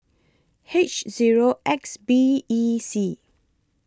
H Zero X B E C